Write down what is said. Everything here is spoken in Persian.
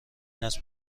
نسل